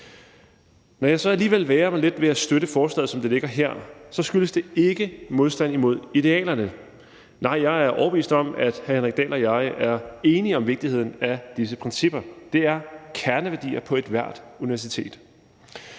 Når jeg så alligevel vægrer mig lidt ved at støtte forslaget, som det ligger her, skyldes det ikke modstand imod idealerne. Nej, jeg er overbevist om, at hr. Henrik Dahl og jeg er enige om vigtigheden af disse principper – det er kerneværdier på ethvert universitet.